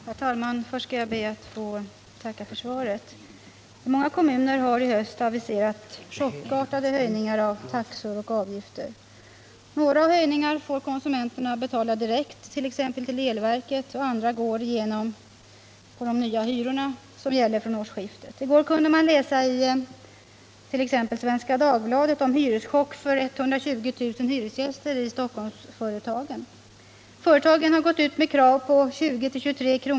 Herr talman! Först skall jag be att få tacka för svaret. Många kommuner har i höst aviserat chockartade höjningar av taxor och avgifter. Några höjningar får konsumenterna betala direkt, t.ex. de som gäller elverket, och andra slår igenom på de nya hyrorna fr.o.m. årsskiftet. I går kunde man läsa i t.ex. Svenska Dagbladet om en hyreschock för 120 000 hyresgäster i Stockholmsföretagen. Dessa har gått ut med krav på 20-23 kr.